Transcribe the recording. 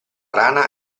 rana